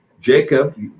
Jacob